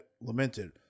lamented